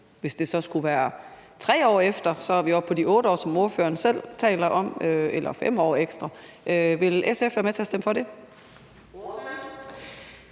fristen til f.eks. 3 år efter – så er vi oppe på de 8 år, som ordføreren selv taler om – eller 5 år? Vil SF være med til at stemme for det?